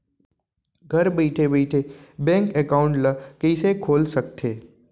घर बइठे बइठे बैंक एकाउंट ल कइसे खोल सकथे?